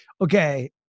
okay